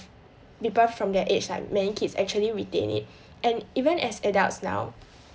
from their age like many kids actually retain it and even as adults now